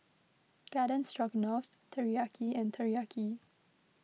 Garden Stroganoff Teriyaki and Teriyaki